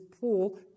Paul